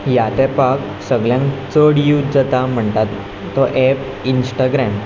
ह्या तेंपाक सगल्यान चड यूज जाता म्हणटात तो एप इन्स्टाग्राम